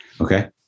Okay